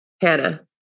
Hannah